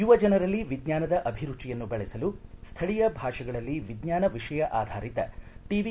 ಯುವ ಜಸರಲ್ಲಿ ವಿಜ್ಞಾನದ ಅಭಿರುಚಿಯನ್ನು ಬೆಳೆಸಲು ಸ್ಥಳೀಯ ಭಾಷೆಗಳಲ್ಲಿ ವಿಜ್ಞಾನ ವಿಷಯ ಆಧಾರಿತ ಟಿ